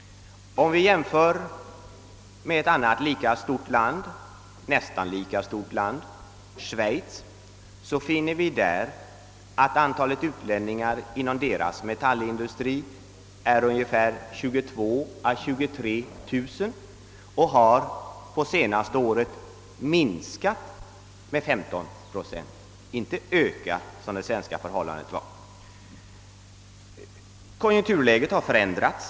I Schweiz, som är nästan lika stort som vårt land, är antalet utlänningar inom metallindustrien 22 000 å 23 000, och antalet har under det senaste året minskat med 15 procent, allt: så inte ökat som i Sverige. Konjunkturläget har förändrats.